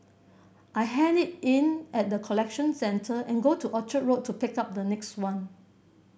I hand it in at the collection centre and go to Orchard Road to pick up the next one